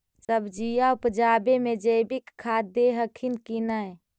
सब्जिया उपजाबे मे जैवीक खाद दे हखिन की नैय?